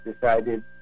decided